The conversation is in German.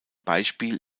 beispiel